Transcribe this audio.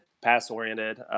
pass-oriented